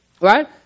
right